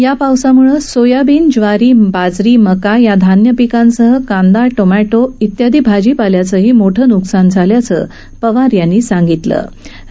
या पावसामुळे सोयाबीन ज्वारी बाजरी मका या धान्यपिकांसह कांदा टमाटा आदी भाजीपाल्याचंही मोठं न्कसान झाल्याचं पवार यांनी म्हटलं आहे